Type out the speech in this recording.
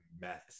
mess